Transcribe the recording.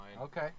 Okay